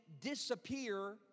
disappear